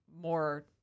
more